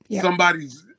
Somebody's